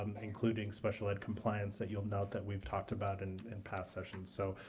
and including special ed compliance that you'll note that we've talked about and in past sessions. so,